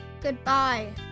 Goodbye